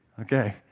Okay